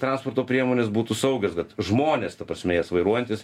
transporto priemonės būtų saugios kad žmonės ta prasme jas vairuojantys